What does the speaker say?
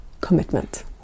commitment